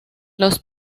los